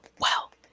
well,